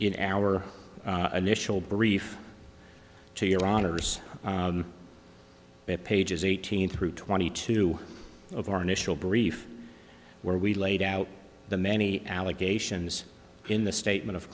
in our initial brief to your honor's but pages eighteen through twenty two of our initial briefs where we laid out the many allegations in the statement of